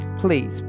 please